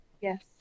Yes